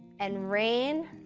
and rain,